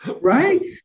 Right